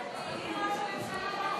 ההצעה להעביר